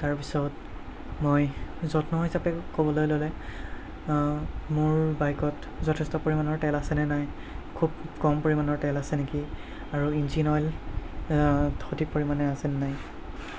তাৰপিছত মই যত্ন হিচাপে ক'বলৈ ল'লে মোৰ বাইকত যথেষ্ট পৰিমাণৰ তেল আছেনে নাই খুব কম পৰিমাণৰ তেল আছে নেকি আৰু ইঞ্জিন অইল সঠিক পৰিমাণে আছেনে নাই